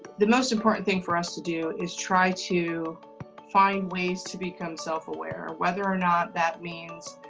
the most important thing for us to do is try to find ways to become self-aware whether or not that means